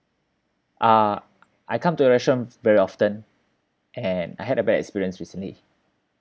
uh I come to the restaurant very often and I had a bad experience recently